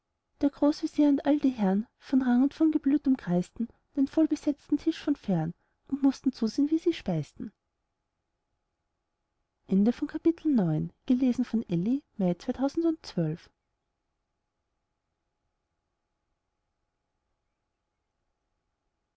der großvezier und all die herrn von rang und von geblüt umkreisten den vollbesetzen tisch von fern und mußten zusehn wie sie speisten